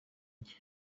njye